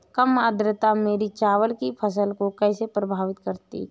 कम आर्द्रता मेरी चावल की फसल को कैसे प्रभावित करेगी?